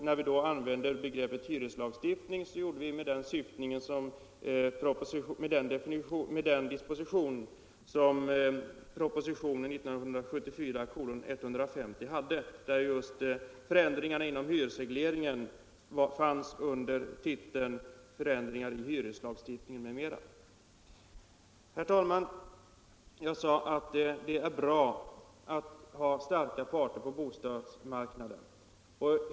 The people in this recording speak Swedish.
När vi då använde begreppet hyreslagstiftning, gjorde vi det med den disposition som propositionen 1974:150 hade, där just förändringarna inom hyresregleringen fanns upptagna under titeln Förändringar i hyreslagstiftningen m.m. Herr talman! Jag sade att det är bra att ha starka parter på bostadsmarknaden.